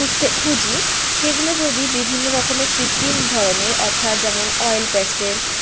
খুঁজতে খুঁজি সেগুলো যদি বিভিন্ন রকমে কৃত্তিম ধরনের অর্থাৎ যেমন অয়েল প্যাস্টেল